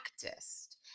practiced